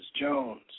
Jones